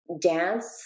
dance